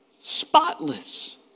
Spotless